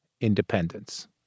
independence